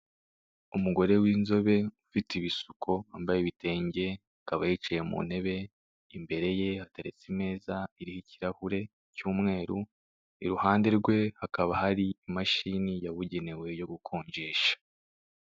Umugore w'inzobe ufite ibisuko wambaye ibitenge akaba yicaye mu ntebe, imbere ye hateretse Imeza iriho ikirahure cy'umweru, iruhande rwe hakaba hari imashini yabugenewe yo gukonjesha.